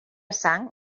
sang